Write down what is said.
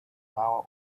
hour